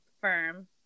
firm